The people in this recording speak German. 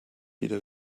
wieder